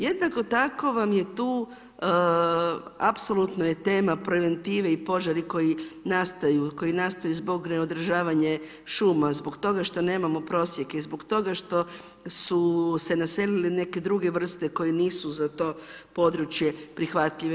Jednako tako vama je tu apsolutno je tema preventive i požari koji nastaju zbog neodržavanja šuma, zbog toga što nema prosjek i zbog toga što su se naselile neke druge vrste koje nisu za to područje prihvatljive.